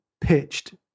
pitched